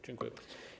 Dziękuję bardzo.